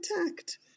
attacked